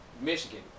Michigan